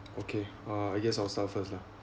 okay uh I guess I'll start first lah